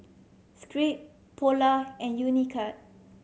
Schick Polar and Unicurd